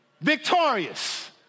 victorious